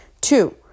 Two